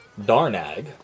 Darnag